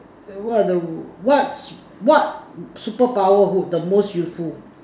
what the what s~ what superpower would the most useful